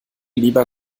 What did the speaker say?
lieber